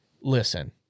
listen